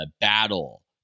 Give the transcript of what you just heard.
battle